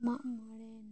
ᱢᱟᱜ ᱢᱚᱬᱮ